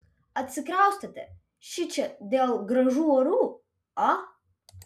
atsikraustėte šičia dėl gražių orų a